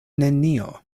nenio